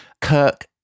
Kirk